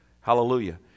hallelujah